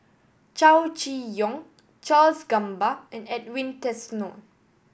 Chow Chee Yong Charles Gamba and Edwin Tessensohn